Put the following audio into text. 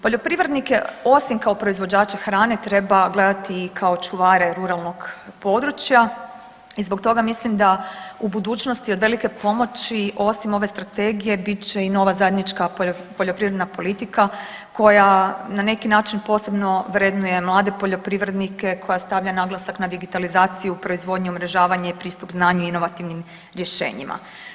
Poljoprivrednike osim kao proizvođače hrane treba gledati i kao čuvare ruralnog područja i zbog toga mislim da u budućnosti od velike pomoći osim ove strategije bit će i nova zajednička poljoprivredna politika koja na neki način posebno vrednuje mlade poljoprivrednike koja stavlja naglasak na digitalizaciju, proizvodnju, umrežavanje, pristup znanju i inovativnim rješenjima.